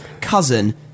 cousin